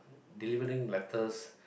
delivering letters